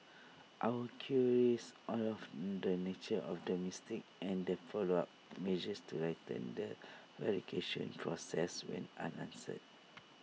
our queries on of the nature of the mistake and the follow up measures to tighten the verification process went unanswered